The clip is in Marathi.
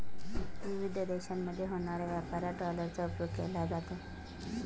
विविध देशांमध्ये होणाऱ्या व्यापारात डॉलरचा उपयोग केला जातो